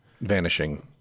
vanishing